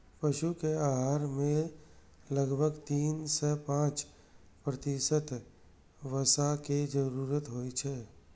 पशुक आहार मे लगभग तीन सं पांच प्रतिशत वसाक जरूरत होइ छै